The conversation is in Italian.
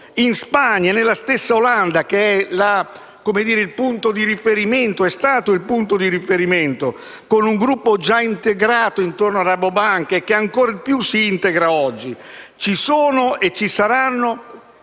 in Spagna e nella stessa Olanda, che è stata il punto di riferimento con un gruppo già integrato intorno a Rabobank e che ancor più si integra oggi. Ci sono e ci saranno